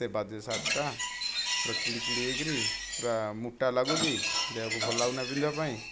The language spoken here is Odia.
ଏତେ ବାଜ୍ଜେ ସାର୍ଟଟା ପୁରା ଚିଡ଼ି ଚିଡ଼ି ହେଇକି ପୁରା ମୋଟା ଲାଗୁଛି ଦେହକୁ ଭଲ ଲାଗୁନାହିଁ ପିନ୍ଧିବା ପାଇଁ